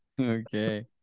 Okay